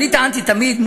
אני טענתי תמיד,